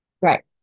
Right